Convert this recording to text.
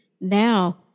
Now